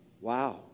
Wow